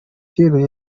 byeruye